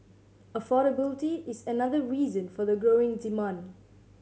affordability is another reason for the growing demand